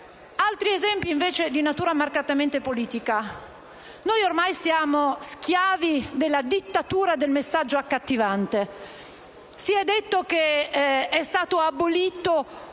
altri esempi di natura marcatamente politica. Noi ormai siamo schiavi della dittatura del messaggio accattivante. Si è detto che è stato abolito